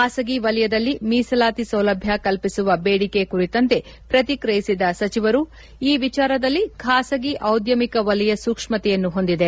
ಬಾಸಗಿ ವಲಯದಲ್ಲಿ ಮೀಸಲಾತಿ ಸೌಲಭ್ಞ ಕಲ್ಪಿಸುವ ಬೇಡಿಕೆ ಕುರಿತಂತೆ ಪ್ರತಿಕ್ರಿಯಿಸಿದ ಸಚಿವರು ಈ ವಿಚಾರದಲ್ಲಿ ಖಾಸಗಿ ಡಿದ್ಲಮಿಕ ವಲಯ ಸೂಕ್ಷ್ಮತೆಯನ್ನು ಹೊಂದಿದೆ